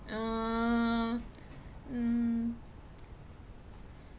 uh mm